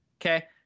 Okay